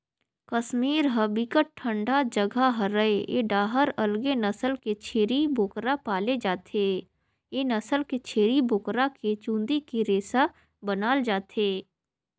कस्मीर ह बिकट ठंडा जघा हरय ए डाहर अलगे नसल के छेरी बोकरा पाले जाथे, ए नसल के छेरी बोकरा के चूंदी के रेसा बनाल जाथे